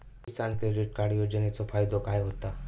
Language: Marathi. किसान क्रेडिट कार्ड योजनेचो फायदो काय होता?